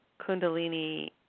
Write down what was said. kundalini